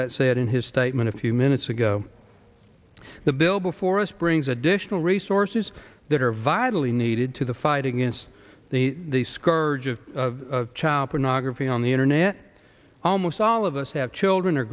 said in his statement a few minutes ago the bill before us brings additional resources that are vitally needed to the fight against the scourge of child pornography on the internet almost all of us have children or